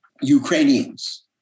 Ukrainians